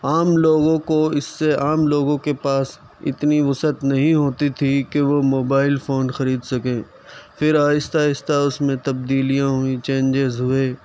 عام لوگوں کو اِس سے عام لوگوں کے پاس اتنی وسعت نہیں ہوتی تھی کہ وہ موبائل فون خرید سکیں پھر آہستہ آہستہ اُس میں تبدیلیاں ہوئیں چینجیز ہوئے